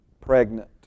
pregnant